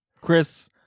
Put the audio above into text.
chris